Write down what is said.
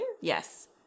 Yes